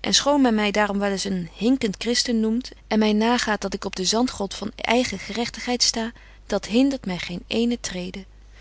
en schoon men my daarom wel eens een hinkent christen noemt en my nagaat dat ik op den zandgrond van eigen gerechtigheid sta dat hindert my geen eene